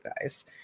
guys